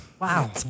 Wow